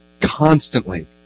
Constantly